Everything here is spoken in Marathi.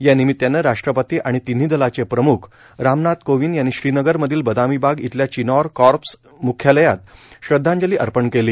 या निमितानं राष्ट्रपती आणि तिन्ही दलांचे प्रम्ख रामनाथ कोविंद यांनी श्रीनगर मधील बदामीबाग इथल्या चिनार कॉर्पस् मुख्यालयात श्रद्धांजली अर्पण केली